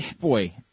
boy